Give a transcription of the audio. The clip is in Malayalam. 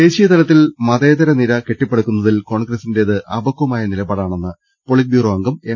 ദേശീയതലത്തിൽ മതേതര് ്നിര കെട്ടിപ്പടുക്കുന്നതിൽ കോൺഗ്രസ്സിന്റേത് അപക്വമായ നിലപാടാണെന്ന് പൊളിറ്റ്ബ്യൂറോ അംഗം എം